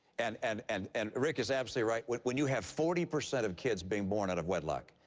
and and and and rick is absolutely right. when when you have forty percent of kids being born out of wedlock,